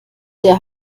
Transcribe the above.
der